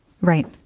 Right